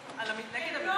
יושב-ראש המפלגה שלך לא